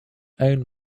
own